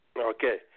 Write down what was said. Okay